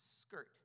skirt